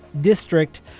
district